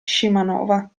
scimanova